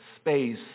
space